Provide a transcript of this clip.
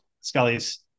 Scully's